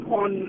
on